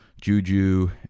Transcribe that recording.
Juju